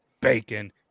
bacon